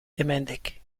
hemendik